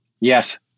Yes